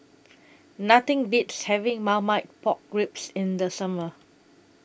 Nothing Beats having Marmite Pork Ribs in The Summer